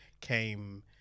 came